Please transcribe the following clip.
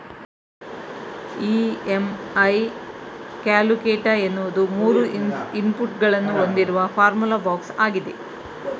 EMI calculator ಎನ್ನುವುದು ಮೂರು input ಗಳನ್ನು ಹೊಂದಿರುವ ಫಾರ್ಮುಲಾ ಬಾಕ್ಸ್ ಆಗಿದೆ